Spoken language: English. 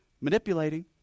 Manipulating